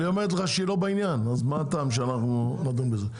היא אומרת לך שהיא לא בעניין אז מה הטעם שאנחנו נדון בזה?